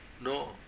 No